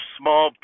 small